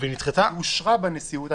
אושרה בנשיאות.